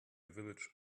village